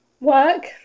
Work